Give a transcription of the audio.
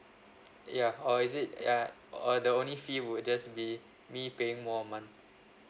ya or is it ya or the only fee would just be me paying more a month